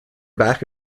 back